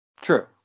True